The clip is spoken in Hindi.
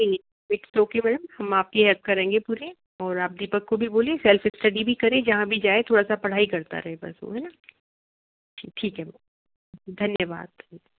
इट्स ओके मैम हम आपकी हेल्प करेंगे पूरी और आप दीपक को भी बोलिए सेल्फ स्टडी भी करे जहाँ भी जाए थोड़ा सा पढ़ाई करता रहे बस है ना ठीक है मैम धन्यवाद